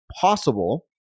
possible